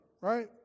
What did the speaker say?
right